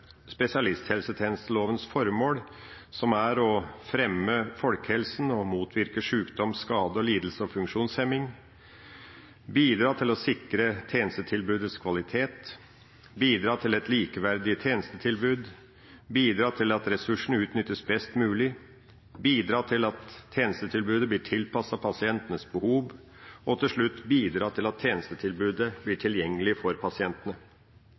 spesialisthelsetjenestelovens formål, som er å fremme folkehelsen og motvirke sjukdom, skade, lidelse og funksjonshemning, bidra til å sikre tjenestetilbudets kvalitet, bidra til et likeverdig tjenestetilbud, bidra til at ressursene utnyttes best mulig, bidra til at tjenestetilbudet blir tilpasset pasientenes behov, og bidra til at tjenestetilbudet blir tilgjengelig for pasientene.